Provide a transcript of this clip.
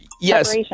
yes